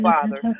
Father